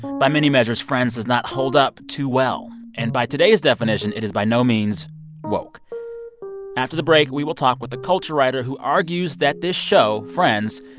by many measures, friends does not hold up too well, and by today's definition, it is by no means woke after the break, we will talk with a culture writer who argues that this show, friends,